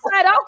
okay